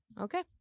Okay